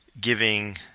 giving